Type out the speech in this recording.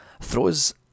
throws